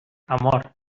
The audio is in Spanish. amor